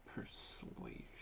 persuasion